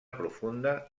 profunda